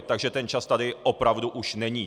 Takže ten čas tady opravdu už není.